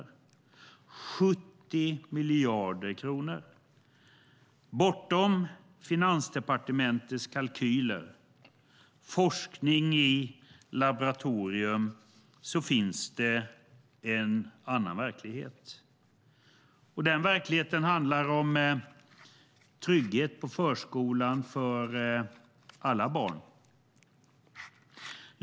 Jag upprepar: 70 miljarder kronor. Bortom Finansdepartementets kalkyler, forskning i laboratorium, finns det en annan verklighet. Den verkligheten handlar om trygghet på förskolan för alla barn.